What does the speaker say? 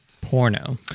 Porno